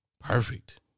Perfect